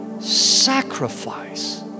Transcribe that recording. sacrifice